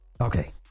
Okay